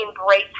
embrace